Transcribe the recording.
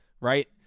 right